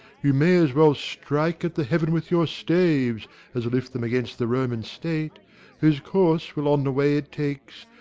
you may as well strike at the heaven with your staves as lift them against the roman state whose course will on the way it takes,